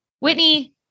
Whitney